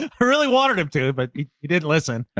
and really wanted him to, but he didn't listen.